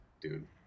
dude